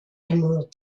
emerald